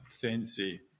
fancy